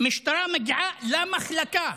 משטרה מגיעה למחלקה,